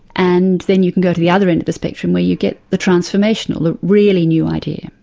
and then you can go to the other end of the spectrum where you get the transformational, the really new idea.